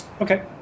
Okay